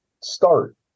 start